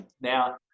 Now